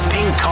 Pink